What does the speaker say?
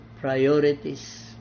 priorities